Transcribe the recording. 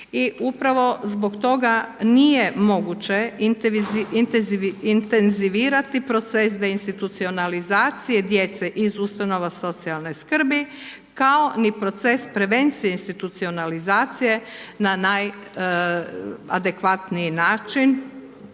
i upravo zbog toga nije moguće intenzivirati proces deinstitucionalizacije djece iz ustanova socijalne skrbi kao ni proces prevencije institucionalizacije na najadekvatniji način